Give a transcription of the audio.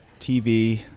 TV